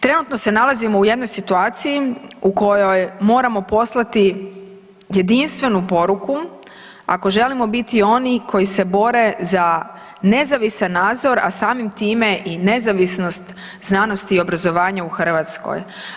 Trenutno se nalazimo u jednoj situaciji u kojoj moramo poslati jedinstvenu poruku ako želimo biti oni koji se bore za nezavisan nadzor, a samim time i nezavisnost znanosti i obrazovanja u Hrvatskoj.